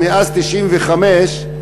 שמאז 1995 מצבנו,